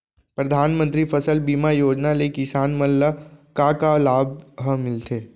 परधानमंतरी फसल बीमा योजना ले किसान मन ला का का लाभ ह मिलथे?